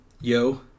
Yo